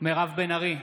מירב בן ארי,